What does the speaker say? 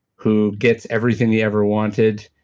who gets everything he ever wanted,